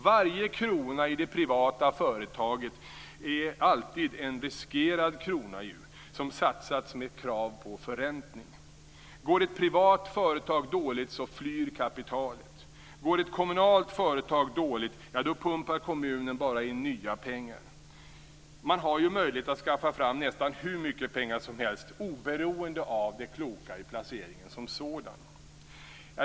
Varje krona i det privata företaget är ju alltid en riskerad krona som satsas med krav på förräntning. Går ett privat företag dåligt så flyr kapitalet. Går ett kommunalt företag dåligt så pumpar kommunen bara in nya pengar. Man har ju möjlighet att skaffa fram nästan hur mycket pengar som helst - oberoende av det kloka i placeringen som sådan.